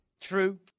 True